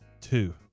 two